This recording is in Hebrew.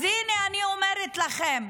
אז הינה, אני אומרת לכם,